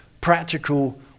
practical